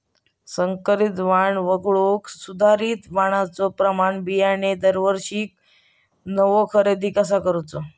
संकरित वाण वगळुक सुधारित वाणाचो प्रमाण बियाणे दरवर्षीक नवो खरेदी कसा करायचो?